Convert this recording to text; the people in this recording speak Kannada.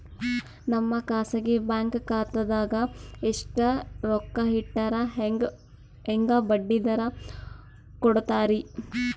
ನಮ್ಮ ಖಾಸಗಿ ಬ್ಯಾಂಕ್ ಖಾತಾದಾಗ ಎಷ್ಟ ರೊಕ್ಕ ಇಟ್ಟರ ಹೆಂಗ ಬಡ್ಡಿ ದರ ಕೂಡತಾರಿ?